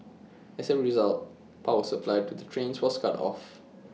as A result power supply to the trains was cut off